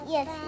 Yes